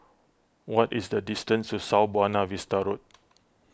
what is the distance to South Buona Vista Road